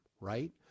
Right